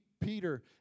Peter